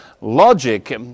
logic